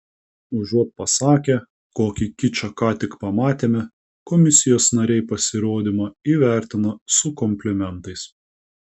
užuot pasakę kokį kičą ką tik pamatėme komisijos nariai pasirodymą įvertina su komplimentais